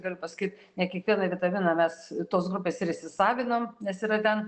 galiu pasakyt ne kiekvieną vitaminą mes tos grupės ir įsisavinam nes yra ten